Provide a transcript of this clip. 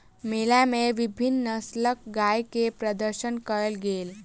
मेला मे विभिन्न नस्लक गाय के प्रदर्शन कयल गेल